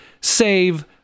save